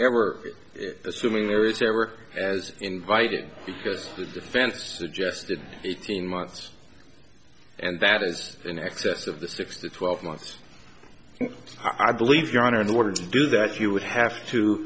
ever assuming there is ever as invited because the defense suggested eighteen months and that is in excess of the six to twelve months i believe your honor in order to do that you would have to